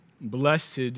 Blessed